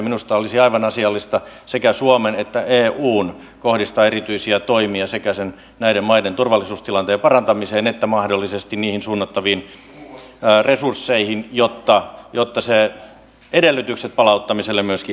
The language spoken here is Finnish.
minusta olisi aivan asiallista sekä suomen että eun kohdistaa erityisiä toimia sekä näiden maiden turvallisuustilanteen parantamiseen että mahdollisesti niihin suunnattaviin resursseihin jotta edellytykset palauttamiselle myöskin paranisivat